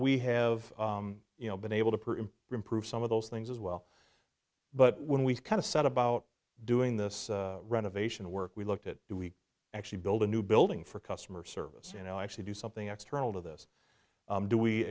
we have you know been able to improve some of those things as well but when we kind of set about doing this renovation work we looked at do we actually build a new building for customer service you know actually do something extra out of this do we